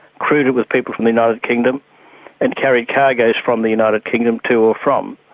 crewed it with people from the united kingdom and carried cargoes from the united kingdom to or from.